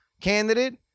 candidate